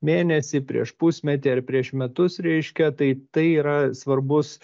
mėnesį prieš pusmetį ar prieš metus reiškia tai tai yra svarbus